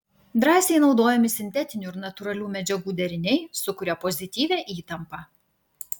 drąsiai naudojami sintetinių ir natūralių medžiagų deriniai sukuria pozityvią įtampą